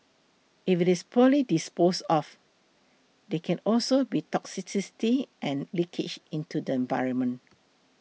if it's poorly disposed of there can also be toxicity and leakage into the environment